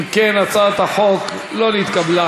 אם כן, הצעת החוק לא נתקבלה.